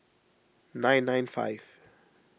nine nine five